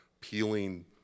peeling